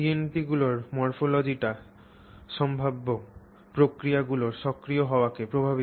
CNT গুলির মরফোলজিটি সম্ভাব্য প্রক্রিয়াগুলির সক্রিয় হওয়াকে প্রভাবিত করে